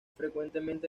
frecuentemente